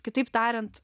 kitaip tariant